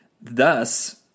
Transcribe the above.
Thus